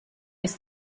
ist